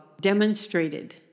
demonstrated